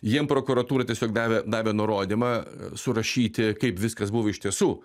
jiem prokuratūra tiesiog davė davė nurodymą surašyti kaip viskas buvo iš tiesų